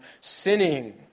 sinning